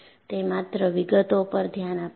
તે માત્ર વિગતો પર ધ્યાન આપે છે